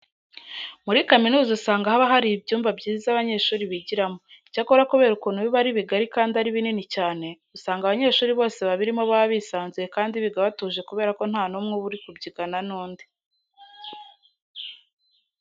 Muri kaminuza usanga haba hari ibyumba byiza abanyeshuri bigiramo. Icyakora kubera ukuntu biba ari bigari kandi ari binini cyane, usanga abanyeshuri bose babirimo baba bisanzuye kandi biga batuje kubera ko nta n'umwe uba ari kubyigana n'undi.